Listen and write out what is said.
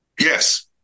yes